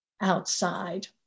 outside